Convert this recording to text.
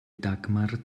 dagmar